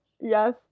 Yes